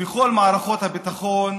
וכל מערכות הביטחון,